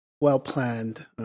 well-planned